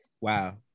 Wow